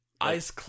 Ice